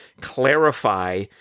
clarify